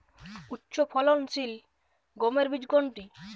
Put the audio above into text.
উচ্চফলনশীল গমের বীজ কোনটি?